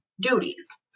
duties